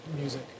music